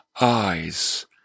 eyes